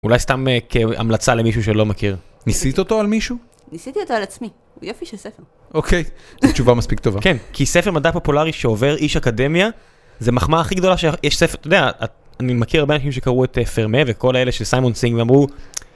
אולי סתם כהמלצה למישהו שלא מכיר. ניסית אותו על מישהו? ניסיתי אותו על עצמי, הוא יופי של ספר. אוקיי, זו תשובה מספיק טובה. כן, כי ספר מדע פופולרי שעובר איש אקדמיה, זה מחמאה הכי גדולה שיש ספר, אתה יודע, אני מכיר הרבה אנשים שקראו את פרמה וכל אלה של סיימון סינג ואמרו,